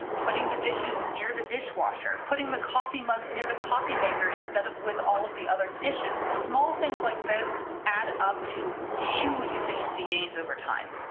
putting the dishes near the dishwasher, putting the coffee mugs near the coffee maker, instead of with all of the other dishes, small things like this add up to huge efficiency gains over time.